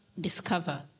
discover